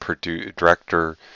director